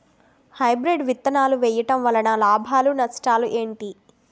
Hybrid విత్తనాలు వేయటం వలన లాభాలు నష్టాలు ఏంటి?